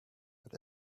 but